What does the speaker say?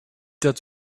dat